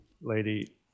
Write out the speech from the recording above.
lady